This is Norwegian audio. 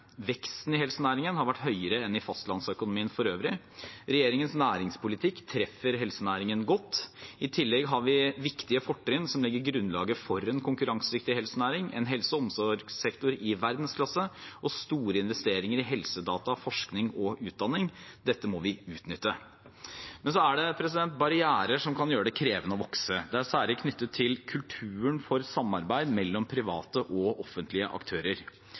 Veksten i helsenæringen har vært høyere enn i fastlandsøkonomien for øvrig. Regjeringens næringspolitikk treffer helsenæringen godt. I tillegg har vi viktige fortrinn som legger grunnlaget for en konkurransedyktig helsenæring: en helse- og omsorgssektor i verdensklasse og store investeringer i helsedata, forskning og utdanning. Dette må vi utnytte. Men så er det barrierer som kan gjøre det krevende å vokse. Dette er særlig knyttet til kulturen for samarbeid mellom private og offentlige aktører.